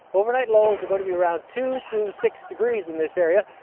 overnight lows are going to be around two through six degrees in this area,